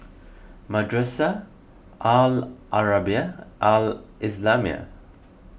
Madrasah Al Arabiah Al Islamiah